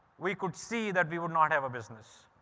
we could see that we will not have a business.